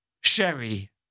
Sherry